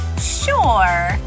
Sure